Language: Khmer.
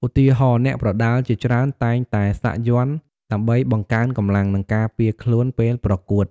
ឧទាហរណ៍ អ្នកប្រដាល់ជាច្រើនតែងតែសាក់យ័ន្តដើម្បីបង្កើនកម្លាំង និងការពារខ្លួនពេលប្រកួត។